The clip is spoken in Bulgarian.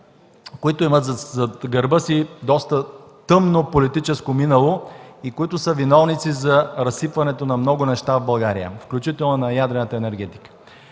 които имат зад гърба си доста тъмно политическо минало и които са виновници за разсипването на много неща в България, включително и на ядрената енергетика.